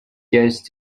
just